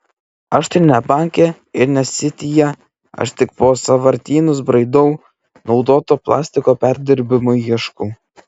aš tai ne banke ir ne sityje aš tik po sąvartynus braidau naudoto plastiko perdirbimui ieškau